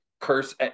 curse